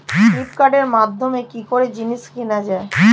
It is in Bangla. ফ্লিপকার্টের মাধ্যমে কি করে জিনিস কেনা যায়?